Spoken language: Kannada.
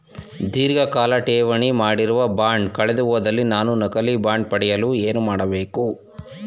ಧೀರ್ಘಕಾಲ ಠೇವಣಿ ಮಾಡಿರುವ ಬಾಂಡ್ ಕಳೆದುಹೋದಲ್ಲಿ ನಾನು ನಕಲಿ ಬಾಂಡ್ ಪಡೆಯಲು ಏನು ಮಾಡಬೇಕು?